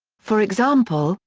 for example,